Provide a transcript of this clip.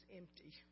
empty